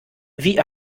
wie